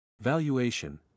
Valuation